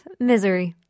Misery